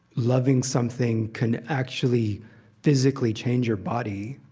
loving something can actually physically change your body.